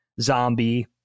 zombie